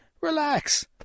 Relax